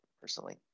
personally